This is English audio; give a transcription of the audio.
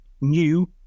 new